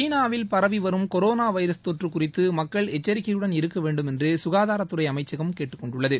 சீனாவில் பரவி வரும் கொரோனா வைரஸ் தொற்று குறித்து மக்கள் எச்சிக்கையுடன் இருக்க வேண்டுமென்று சுகாதாரத்துறை அமைச்சகம் கேட்டுக் கொண்டுள்ளது